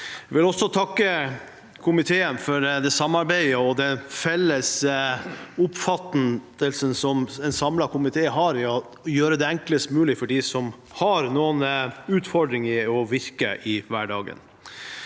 Jeg vil også takke komiteen for samarbeidet og den felles oppfattelsen som en samlet komité har om å gjøre det enklest mulig for dem som har noen utfordringer med å virke i hverdagen.